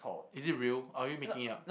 is it real are we making it up